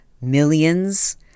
millions